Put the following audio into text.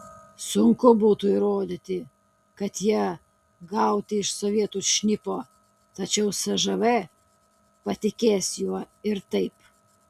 sunku būtų įrodyti kad jie gauti iš sovietų šnipo tačiau cžv patikės juo ir taip